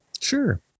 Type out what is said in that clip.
Sure